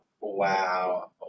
wow